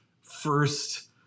first